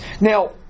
Now